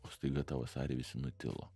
o staiga tą vasarį visi nutilo